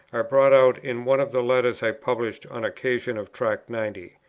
brought out in one of the letters i published on occasion of tract ninety.